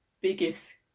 biggest